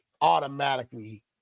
automatically